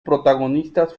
protagonistas